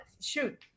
shoot